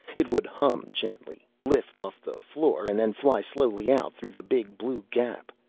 it would hum gently, lift off the floor and then fly slowly out through the big blue gap.